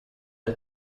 der